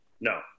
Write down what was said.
No